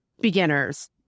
beginners